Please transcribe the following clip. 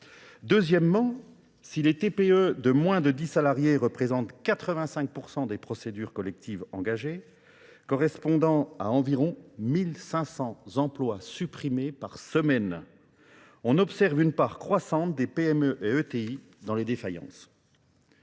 Deuxièmement, si les TPE de moins de 10 salariés représentent 85% des procédures collectives engagées, correspondant à environ 1500 emplois supprimés par semaine, on observe une part croissante des PME et ETI dans les défaillances.